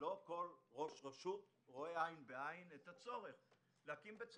לא כל ראש רשות מקומית רואה עין בעין את הצורך להקים בית ספר.